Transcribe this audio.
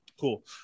Cool